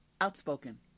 outspoken